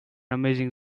amazing